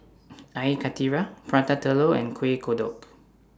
Air Karthira Prata Telur and Kueh Kodok